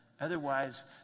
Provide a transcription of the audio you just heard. Otherwise